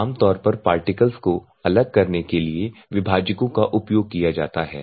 आमतौर पर पार्टिकल्स को अलग करने के लिए विभाजकों का उपयोग किया जाता है